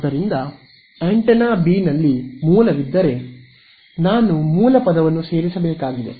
ಆದ್ದರಿಂದ antenna B ನಲ್ಲಿ ಮೂಲವಿದ್ದರೆ ನಾನು ಮೂಲ ಪದವನ್ನು ಸೇರಿಸಬೇಕಾಗಿದೆ